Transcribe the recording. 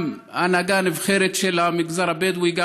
גם של ההנהגה הנבחרת של המגזר הבדואי,